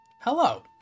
Hello